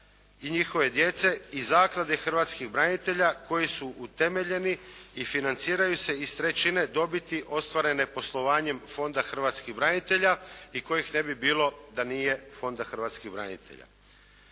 i njihove djece i zaklade hrvatskih branitelja koji su utemeljeni i financiraju se iz trećine dobiti ostvarene poslovanjem Fonda hrvatskih branitelja i kojih ne bi bilo da nije Fonda hrvatskih branitelja.